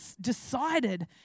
decided